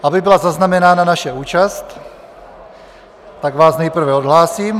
Aby byla zaznamenána naše účast, tak vás nejprve odhlásím.